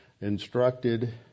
instructed